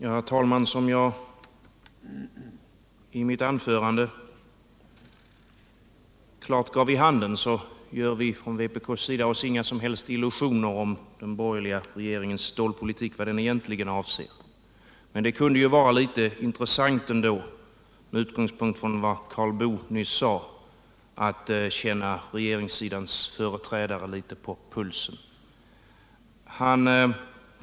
Herr talman! Som jag i mitt anförande klart gav vid handen gör vi från vpk:s sida oss inga som helst illusioner om vad den borgerliga regeringens stålpolitik egentligen avser. Men det kunde ju vara intressant att med utgångspunkt i vad Karl Boo nyss sade känna regeringssidans företrädare litet på pulsen.